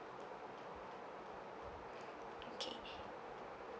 okay